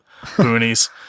boonies